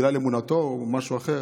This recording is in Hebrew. בגלל אמונתו או משהו אחר,